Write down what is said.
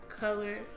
color